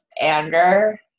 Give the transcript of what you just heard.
anger